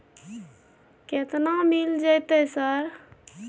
केतना मिल जेतै सर?